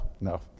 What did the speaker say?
no